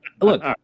look